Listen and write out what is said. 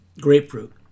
grapefruit